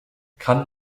kann